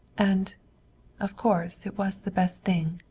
and of course it was the best thing.